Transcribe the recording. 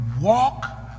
Walk